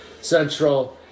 Central